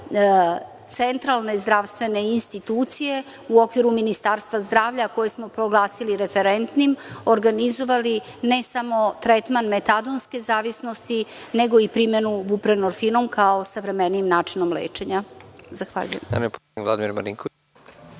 centralne zdravstvene institucije u okviru Ministarstva zdravlja koje smo proglasili referentnim, organizovali ne samo tretman metadonske zavisnosti, nego i primenu buprenorfinom kao savremenijim načinom lečenja. Zahvaljujem.